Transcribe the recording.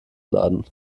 laden